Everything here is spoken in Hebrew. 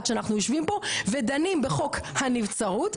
שאנחנו יושבים בו ודנים בחוק הנבצרות,